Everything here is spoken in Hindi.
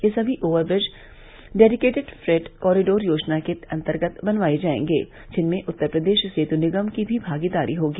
ये सभी over bridge dedicated freight corridor योजना के अंतर्गत बनवाये जायेगें जिसमे उत्तर प्रदेश सेतु निगम की भी भागीदारी होगी